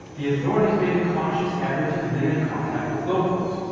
the authorities made a conscious effort to limit contact with locals,